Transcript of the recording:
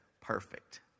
perfect